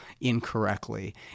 incorrectly